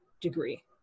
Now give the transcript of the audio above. degree